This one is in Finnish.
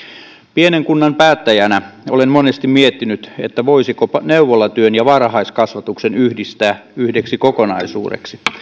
pienen kunnan päättäjänä olen monesti miettinyt voisiko neuvolatyön ja varhaiskasvatuksen yhdistää yhdeksi kokonaisuudeksi